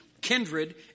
kindred